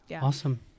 Awesome